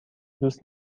دوست